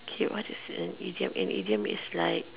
okay what is an idiom and idiom is like